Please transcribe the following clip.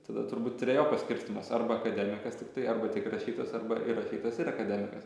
tada turbūt trejopas skirstymas arba akademikas tiktai arba tik rašytojas arba ir rašytojas ir akademikas